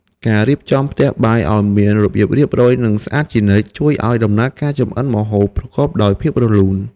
ការរៀបចំផ្ទះបាយឱ្យមានរបៀបរៀបរយនិងស្អាតជានិច្ច ជួយឱ្យដំណើរការចម្អិនម្ហូបប្រកបដោយភាពរលូន។